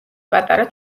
პატარა